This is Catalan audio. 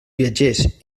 viatgers